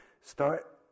start